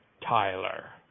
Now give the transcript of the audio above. Tyler